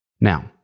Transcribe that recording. Now